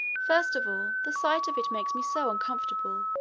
first of all, the sight of it makes me so uncomfortable,